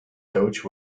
coach